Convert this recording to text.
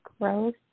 growth